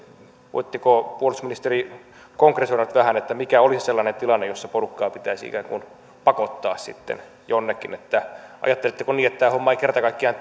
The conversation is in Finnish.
voitteko puolustusministeri konkretisoida tähän mikä olisi sellainen tilanne jossa porukkaa pitäisi ikään kuin pakottaa sitten jonnekin ajattelitteko niin että tämä homma ei kerta kaikkiaan